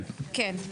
כן.